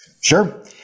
Sure